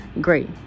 great